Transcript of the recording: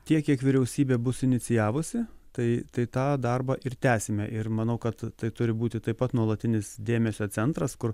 tiek kiek vyriausybė bus inicijavusi tai tai tą darbą ir tęsime ir manau kad tai turi būti taip pat nuolatinis dėmesio centras kur